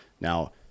Now